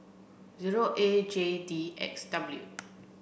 zero A J D X W